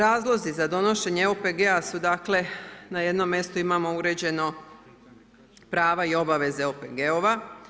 Razlozi za donošenje OPG-a su dakle, na jednom mjestu imamo uređeno prava i obaveze OPG-ova.